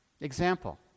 Example